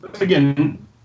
again